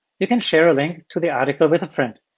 you can share a link to the article with a friend,